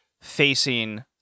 facing